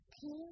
pink